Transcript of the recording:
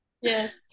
Yes